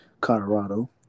Colorado